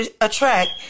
attract